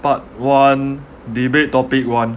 part one debate topic one